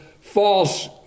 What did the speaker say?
false